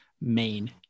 main